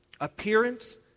appearance